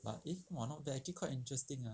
but eh !wah! like not bad actually quite interesting ah